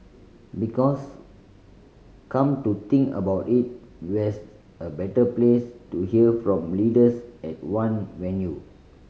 because come to think about it where's a better place to hear from leaders at one venue